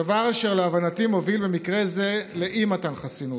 דבר אשר להבנתי מוביל במקרה זה לאי-מתן חסינות.